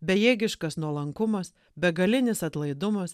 bejėgiškas nuolankumas begalinis atlaidumas